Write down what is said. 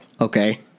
Okay